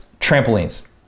trampolines